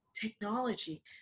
technology